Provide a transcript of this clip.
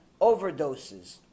overdoses